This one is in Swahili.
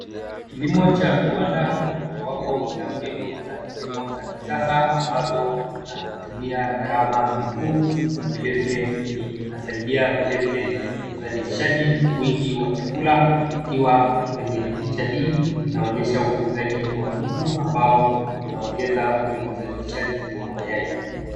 Kilimo cha viwanda ni mojawapo ya mbinu za kilimo za kisasa ambazo zinatumia gharama nafuu, na vilevile inasaidia vilevile uzalishaji wingi wa chakula, kikiwa kwenye picha hii. Inaonyesha ufugaji wa kuku ambao unaongeza ule uzalishaji wa mayai.